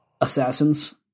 assassins